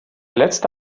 letzte